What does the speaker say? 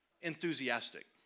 enthusiastic